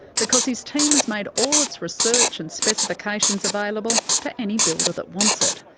because his team has made all its research and specifications available to any builder that wants it.